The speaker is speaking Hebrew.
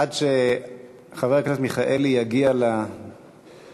עד שחבר הכנסת מיכאלי יגיע לפודיום,